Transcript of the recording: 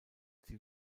sie